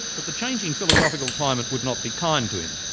but the changing philosophical climate would not be kind to him.